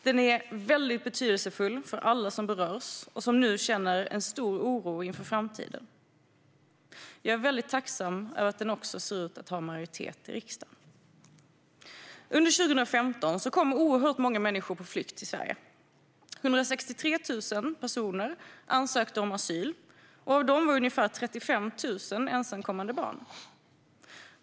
Den är väldigt betydelsefull för alla som berörs och som nu känner en stor oro inför framtiden. Jag är väldigt tacksam över att den också ser ut att ha majoritet i riksdagen. Under 2015 kom oerhört många människor på flykt till Sverige. 163 000 personer ansökte om asyl, och av dem var ungefär 35 000 ensamkommande barn.